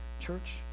church